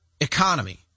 economy